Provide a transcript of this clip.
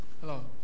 Hello